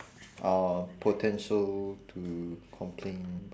uh potential to complain